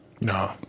No